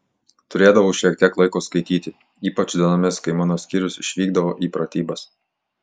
turėdavau šiek tiek laiko skaityti ypač dienomis kai mano skyrius išvykdavo į pratybas